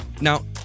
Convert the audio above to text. Now